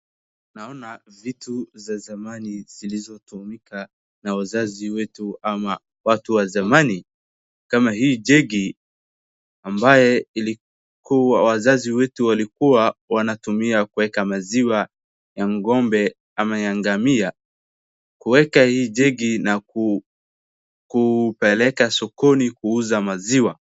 Naona vitu za zamani zilizotumika na wazazi wetu ama watu wa zamani, kama hii jegi ambaye ilikuwa wazazi wetu walikuwa wanatumia kuweka maziwa ya ng'ombe ama ya ngamia. Kuweka hii jegi na kupeleka sokoni kuuza maziwa.